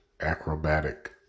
acrobatic